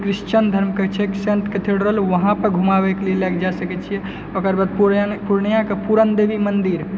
Christian धर्म कहै छै वहाँ पर घुमाबयके लिए लए कऽ जा सकै छी ओकर बाद पुर्णियाके पुरण देवी मन्दिर